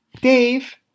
Dave